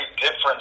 different